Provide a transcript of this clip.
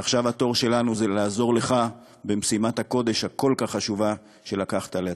ועכשיו התור שלנו לעזור לך במשימת הקודש הכל-כך חשובה שלקחת על עצמך.